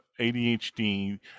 ADHD